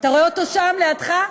אתה רואה אותו שם, לידך?